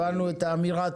הבנו את האמירה.